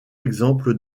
exemple